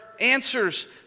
answers